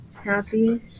happy